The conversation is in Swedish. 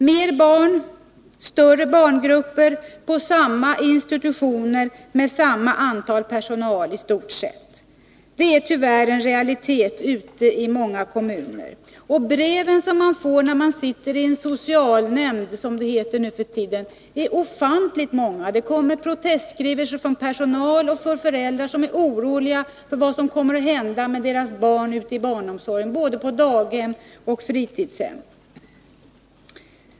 Fler barn i större barngrupper på samma institutioner medistort sett oförändrad storlek på personalen — det är tyvärr en realitet ute i många kommuner. De brev man får som ledamot av en socialnämnd, som det numera heter, är ofantligt många. Det kommer protestskrivelser från personal och från föräldrar som är oroliga för vad som kommer att hända med barnen i barnomsorgen, både på daghem och på fritidshem.